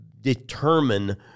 determine